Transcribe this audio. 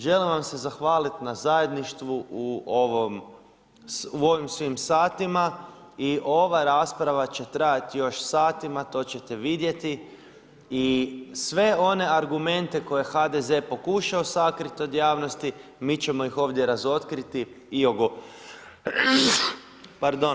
Želim vam se zahvaliti na zajedništvu u ovim svim satima i ova rasprava će trajati još satima, to ćete vidjeti i sve one argumente koje HDZ pokušao sakriti od javnosti mi ćemo ih ovdje razmotriti i ogoliti.